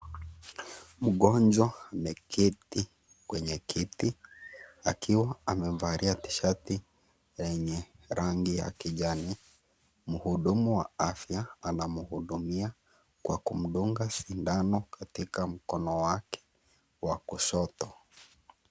Mgonjwa ameketi kwenye kiti akiwa amevalia shati lenye rangi ya kijani , mhudumu wa afya anamhudumia Kwa kumdunga sindano katika mkono wake wa kushoto.